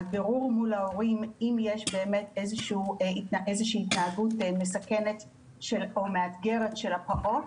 על בירור מול ההורים אם יש איזושהי התנהגות מסכנת או מאתגרת של הפעוט,